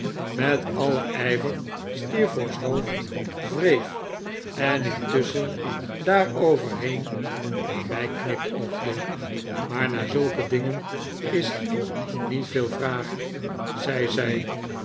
met alien ijver steerforth's hoofd wreef en intusschen daaroverheen naar mij knipoogde maar naar zulke dingen is hier niet veel vraag zei